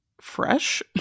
fresh